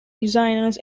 designers